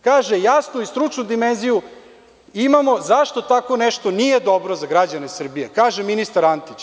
Kaže – jasnu i stručnu dimenziju imamo zašto tako nešto nije dobro za građane Srbije, kaže ministar Antić.